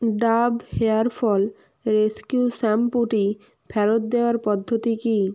Dove hair fall rescue শ্যাম্পুটি ফেরত দেওয়ার পদ্ধতি কী